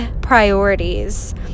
priorities